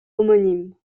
homonyme